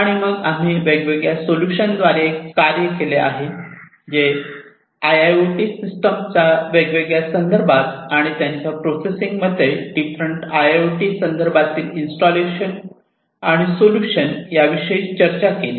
आणि मग आम्ही वेगवेगळ्या सोल्युशन द्वारे कार्य केले जे आयओटी सिस्टमच्या वेगवेगळ्या संदर्भात आणि त्यांच्या प्रोसेसिंगमध्ये डिफरंट आयओटी संदर्भातील इन्स्टॉलेशन आणि सोल्युशन याविषयी चर्चा केली